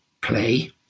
play